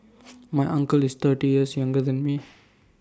my uncle is thirty years younger than me